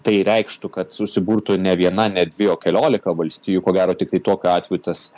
tai reikštų kad susiburtų ne viena ne dvi o keliolika valstijų ko gero tiktai tokiu atveju tas